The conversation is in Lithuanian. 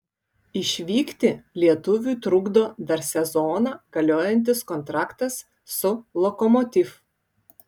išvykti lietuviui trukdo dar sezoną galiojantis kontraktas su lokomotiv